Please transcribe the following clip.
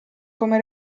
come